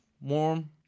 warm